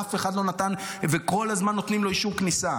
וכל הזמן נותנים לו אישור כניסה.